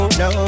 no